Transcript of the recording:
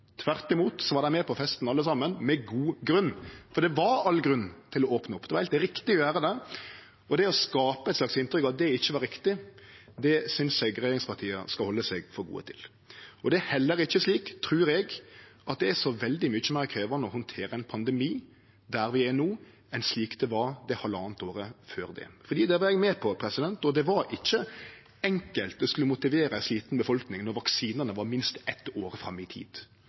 Tvert imot var dei med på festen, alle saman, og med god grunn. For det var all grunn til å opne opp, det var heilt riktig å gjere det. Det å skape eit slags inntrykk av at det ikkje var riktig, synest eg regjeringspartia skal halde seg for gode til. Det er heller ikkje slik, trur eg, at det er så veldig mykje meir krevjande å handtere ein pandemi der vi er no, enn slik det var det halvtanna året før det. For det var eg med på, og det var ikkje enkelt å skulle motivere ei sliten befolkning når vaksinane var minst eitt år fram i tid.